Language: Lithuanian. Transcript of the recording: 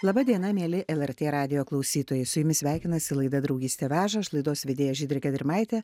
laba diena mieli lrt radijo klausytojai su jumis sveikinasi laida draugystė veža aš laidos vedėja žydrė gedrimaitė